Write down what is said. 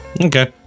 Okay